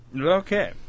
Okay